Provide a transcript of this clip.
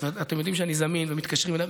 אתם יודעים שאני זמין ומתקשרים אליי,